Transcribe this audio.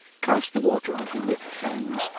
cast the water on him with her hands,